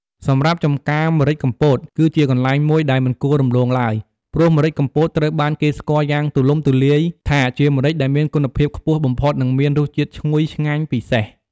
សម្រាប់ចម្ការម្រេចកំពត គឺជាកន្លែងមួយដែលមិនគួររំលងឡើយ ព្រោះម្រេចកំពតត្រូវបានគេស្គាល់យ៉ាងទូលំទូលាយថាជាម្រេចដែលមានគុណភាពខ្ពស់បំផុត និងមានរសជាតិឈ្ងុយឆ្ងាញ់ពិសេស។